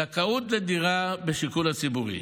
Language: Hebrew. זכאות לדירה בשיכון הציבורי,